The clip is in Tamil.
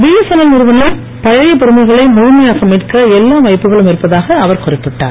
பிஎஸ்என்எல் நிறுவனம் பழைய பெருமைகளை முழுமையாக மீட்க எல்லா வாய்ப்புகளும் இருப்பதாக அவர் குறிப்பிட்டார்